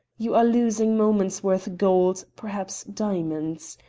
you are losing moments worth gold, perhaps diamonds!